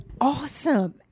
awesome